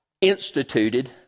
instituted